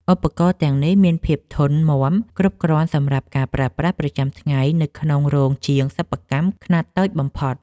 ឧបករណ៍ទាំងនេះមានភាពធន់មាំគ្រប់គ្រាន់សម្រាប់ការប្រើប្រាស់ប្រចាំថ្ងៃនៅក្នុងរោងជាងសិប្បកម្មខ្នាតតូចបំផុត។